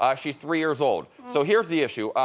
um she's three years old. so here's the issue,